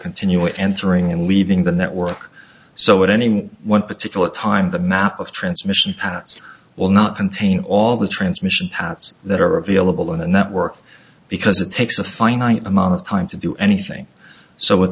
continually entering and leaving the network so at anything one particular time the map of transmission will not contain all the transmission that are available on a network because it takes a finite amount of time to do anything so at